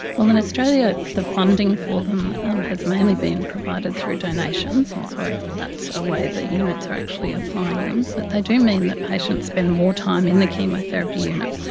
well, in australia the funding for them um has mainly been provided through donations, and so that's a way that units are actually applying them, but they do mean that patients spend more time in the chemotherapy unit.